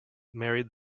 married